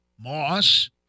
Moss